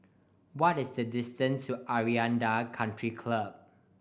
what is the distance to Aranda Country Club